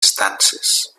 estances